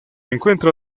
encuentra